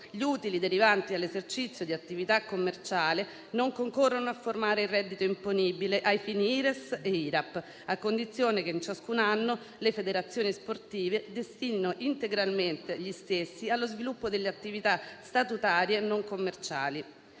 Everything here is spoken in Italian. gli utili derivanti dall'esercizio di attività commerciale non concorrono a formare reddito imponibile ai fini IRES e IRAP, a condizione che in ciascun anno le federazioni sportive destinino integralmente gli stessi allo sviluppo delle attività statutarie non commerciali.